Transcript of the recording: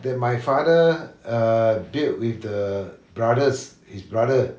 that my father err built with the brothers his brother